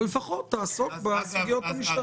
אבל לפחות תעסוק בסוגיות המשטריות.